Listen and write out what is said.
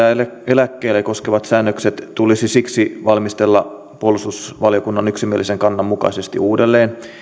eläkkeelle koskevat säännökset tulisi siksi valmistella puolustusvaliokunnan yksimielisen kannan mukaisesti uudelleen